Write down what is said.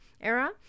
era